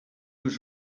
was